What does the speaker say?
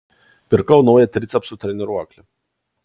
pirkau naują tricepsų treniruoklį